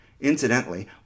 Incidentally